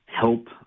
help